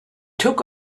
took